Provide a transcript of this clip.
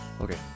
Okay